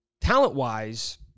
Talent-wise